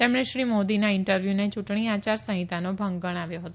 તેમણે શ્રી મોદીના ઈન્ટરવ્યુને ચુંટણી આચાર સંહિતાનો ભંગ ગણાવ્યો હતો